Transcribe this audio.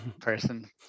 person